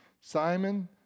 Simon